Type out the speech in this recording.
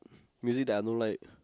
music that I don't like